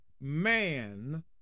man